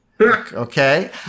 Okay